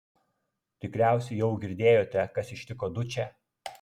tikriausiai jau girdėjote kas ištiko dučę